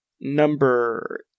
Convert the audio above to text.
number